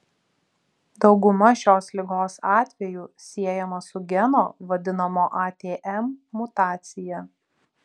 dauguma šios ligos atvejų siejama su geno vadinamo atm mutacija